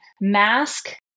mask